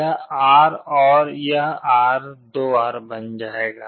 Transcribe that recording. यह R और यह R 2R बन जाएगा